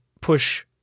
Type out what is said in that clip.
push